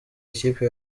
ikipe